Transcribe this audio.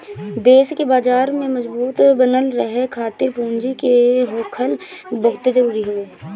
देस के बाजार में मजबूत बनल रहे खातिर पूंजी के होखल बहुते जरुरी हवे